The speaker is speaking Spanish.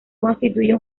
constituye